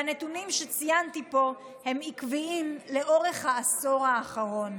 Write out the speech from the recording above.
הנתונים שציינתי פה הם עקיבים לאורך העשור האחרון.